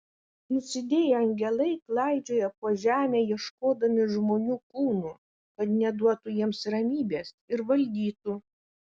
nusidėję angelai klaidžioja po žemę ieškodami žmonių kūnų kad neduotų jiems ramybės ir valdytų